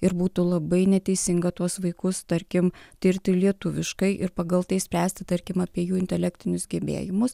ir būtų labai neteisinga tuos vaikus tarkim tirti lietuviškai ir pagal tai spręsti tarkim apie jų intelektinius gebėjimus